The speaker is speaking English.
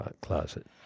closet